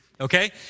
Okay